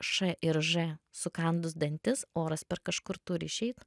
š ir ž sukandus dantis oras per kažkur turi išeit